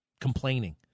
complaining